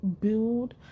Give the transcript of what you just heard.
build